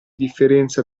differenza